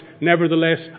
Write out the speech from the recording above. nevertheless